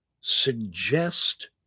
suggest